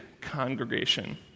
congregation